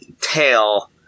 tail